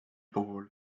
puhul